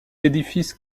édifices